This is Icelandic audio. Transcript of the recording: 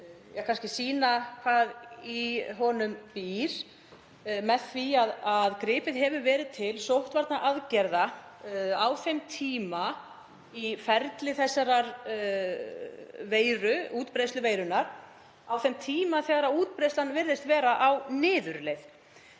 á að sýna hvað í honum býr með því að gripið hefði verið til sóttvarnaaðgerða á þeim tíma í ferli þessarar veiru, útbreiðslu veirunnar, þegar útbreiðslan virtist vera á niðurleið.